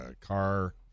Car